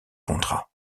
contrat